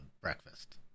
breakfast